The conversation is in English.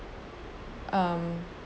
um